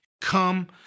Come